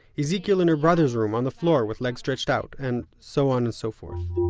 ezekiel, in her brother's room on the floor with legs stretched out, and so on and so forth